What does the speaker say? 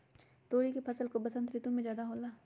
तोरी के फसल का बसंत ऋतु में ज्यादा होला?